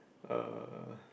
uh